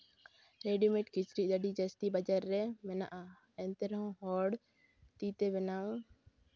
readymade ᱠᱤᱪᱨᱤᱡ ᱟᱹᱰᱤ ᱡᱟᱹᱥᱛᱤ ᱵᱟᱡᱟᱨ ᱨᱮ ᱢᱮᱱᱟᱜᱼᱟ ᱮᱱᱛᱮ ᱨᱮᱦᱚᱸ ᱦᱚᱲ ᱛᱤ ᱛᱮ ᱵᱮᱱᱟᱣ